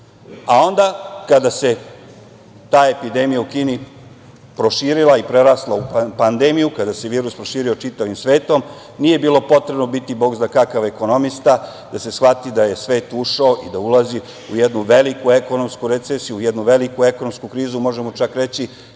a onda, kada se ta epidemija u Kini proširila i prerasla u pandemiju, kada se virus proširio čitavim svetom, nije bilo potrebno biti bogzna kakav ekonomista da se shvati da je svet ušao i da ulazi u jednu veliku ekonomsku recesiju, jednu veliku ekonomsku krizu, možemo čak reći